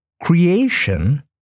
Creation